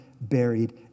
buried